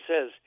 says